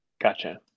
Gotcha